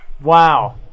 Wow